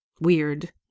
weird